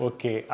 Okay